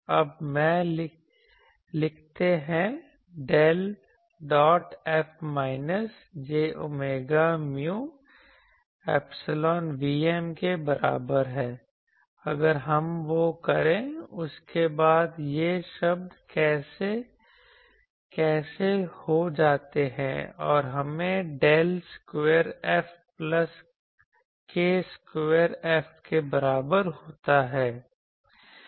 अब हम लिखते हैं कि del dot F minus j omega mu epsilon Vm के बराबर है अगर हम वो करें उसके बाद ये शब्द कैंसिल हो जाते हैं और हमें del square F plus k square F के बराबर होता है यह